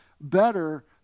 better